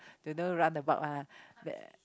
don't know run about [one] ah